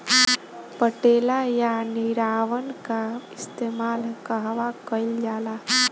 पटेला या निरावन का इस्तेमाल कहवा कइल जाला?